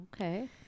Okay